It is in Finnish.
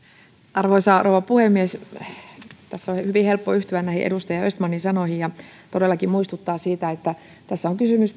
arvoisa rouva puhemies tässä on hyvin helppo yhtyä näihin edustaja östmanin sanoihin ja todellakin muistuttaa siitä että meidän vaihtoehtobudjetissamme on kysymys